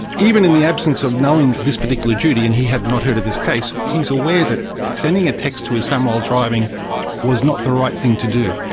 even in the absence of knowing this particular duty, and he had not heard of this case, he is aware that sending a text to his son while driving was not the right thing to do.